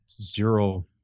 zero